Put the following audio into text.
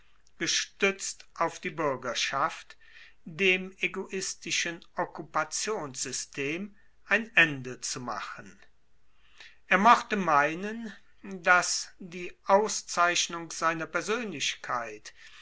gestuetzt auf die buergerschaft dem egoistischen okkupationssystem ein ende zu machen er mochte meinen dass die auszeichnung seiner persoenlichkeit